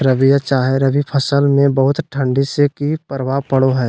रबिया चाहे रवि फसल में बहुत ठंडी से की प्रभाव पड़ो है?